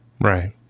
Right